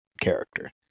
character